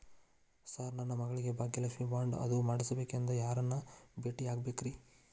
Sir ನನ್ನ ಮಗಳಿಗೆ Bhagyalakshmi bond ಅದು ಮಾಡಿಸಬೇಕೆಂದು ಯಾರನ್ನ ಭೇಟಿಯಾಗಬೇಕ್ರಿ?